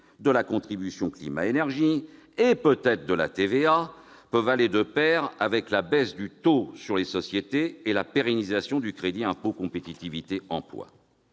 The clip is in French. de la contribution climat-énergie et, peut-être, de la TVA peuvent aller de pair avec la baisse du taux de l'impôt sur les sociétés et la pérennisation du crédit d'impôt pour la compétitivité et